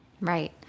Right